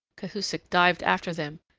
cahusac dived after them,